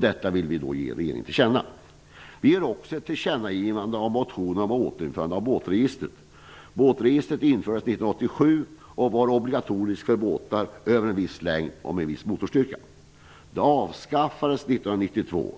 Detta vill vi ge regeringen till känna. Vi gör också ett tillkännagivande av motionerna om återinförande av båtregistret. Det avskaffades 1992.